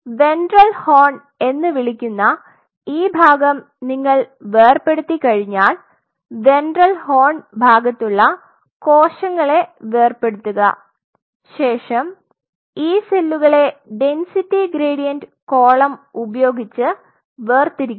ventral horn എന്ന് വിളിക്കുന്ന ഈ ഭാഗം നിങ്ങൾ വേർപെടുത്തി കഴിഞ്ഞാൽ വെൻട്രൽ ഹോൺ ഭാഗത്തുള്ള കോശങ്ങളെ വേർപെടുത്തുക ശേഷം ഈ സെല്ലുകളെ ഡെന്സിറ്റി ഗ്രേഡിയന്റ് കോളം ഉപയോഗിച്ച് വേർതിരിക്കുക